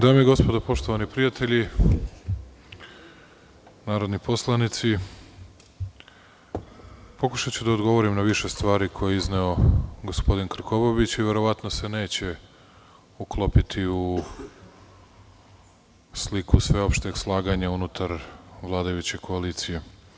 Dame i gospodo, poštovani prijatelji, narodni poslanici, pokušaću da odgovorim na više stvari koje je izneo gospodin Krkobabić i verovatno se neće uklopiti u sliku sveopšteg slaganja unutar vladajuće koalicije.